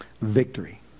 Victory